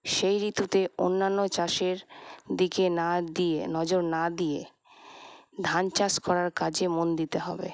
সেই ঋতুতে অন্যান্য চাষের দিকে না দিয়ে নজর না দিয়ে ধান চাষ করার কাজে মন দিতে হবে